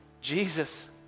Jesus